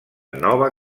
nova